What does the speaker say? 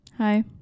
Hi